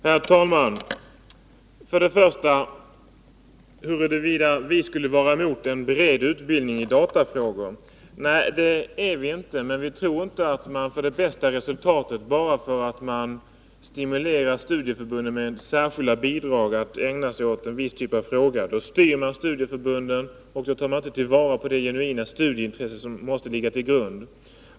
Herr talman! När det gäller frågan huruvida vi skulle vara emot en bred utbildning i datafrågor vill jag säga: Nej, det är vi inte, men vi tror inte att man får det bästa resultatet bara för att man med särskilda bidrag stimulerar studieförbunden att ägna sig åt en viss typ av frågor. Då styr man studieförbunden, och då tar man inte till vara det genuina studieintresse som måste ligga till grund.